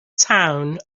town